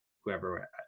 whoever